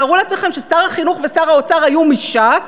תארו לעצמכם ששר החינוך ושר האוצר היו מש"ס,